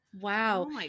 Wow